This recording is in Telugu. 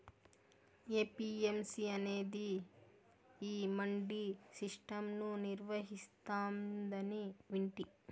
ఏ.పీ.ఎం.సీ అనేది ఈ మండీ సిస్టం ను నిర్వహిస్తాందని వింటి